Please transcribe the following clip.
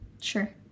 Sure